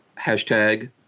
hashtag